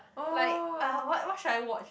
like uh what what should I watch